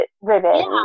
ribbon